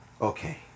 okay